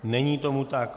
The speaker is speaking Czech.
Není tomu tak.